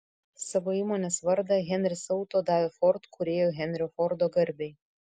savo įmonės vardą henris auto davė ford kūrėjo henrio fordo garbei